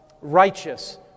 righteous